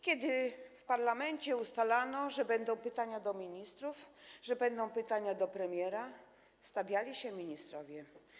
Kiedy w parlamencie ustalano, że będą pytania do ministrów, że będą pytania do premiera, stawiali się ministrowie.